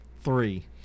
Three